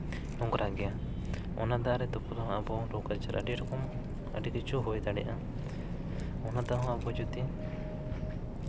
ᱱᱳᱝᱨᱟ ᱜᱮᱭᱟ ᱚᱱᱟ ᱫᱟᱜ ᱨᱮᱫᱚ ᱟᱵᱚ ᱦᱚᱸ ᱯᱩᱨᱟᱹ ᱨᱳᱜᱽ ᱟᱡᱟᱨ ᱦᱚᱸ ᱟᱹᱰᱤ ᱠᱤᱪᱷᱩ ᱦᱩᱭ ᱫᱟᱲᱮᱭᱟᱜᱼᱟ ᱚᱱᱟ ᱫᱟᱜ ᱦᱚᱸ ᱟᱵᱚ ᱡᱩᱫᱤ